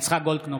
יצחק גולדקנופ,